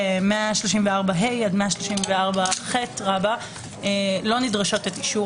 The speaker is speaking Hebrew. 134ה עד 134ח רבא לא דורשות את אישור